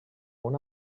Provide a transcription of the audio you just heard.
una